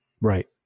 Right